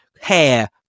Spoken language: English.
Hair